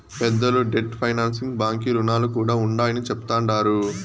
పెద్దలు debt financing బాంకీ రుణాలు కూడా ఉండాయని చెప్తండారు